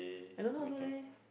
I don't know how do leh